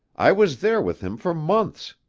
i was there with him for months.